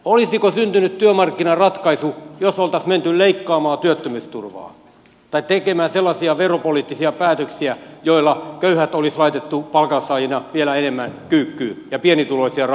olisiko syntynyt työmarkkinaratkaisu jos oltaisiin menty leikkaamaan työttömyysturvaa tai tekemään sellaisia veropoliittisia päätöksiä joilla köyhät olisi laitettu palkansaajina vielä enemmän kyykkyyn ja pienituloisia rangaistu